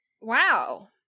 wow